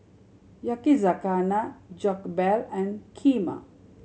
Yakizakana Jokbal and Kheema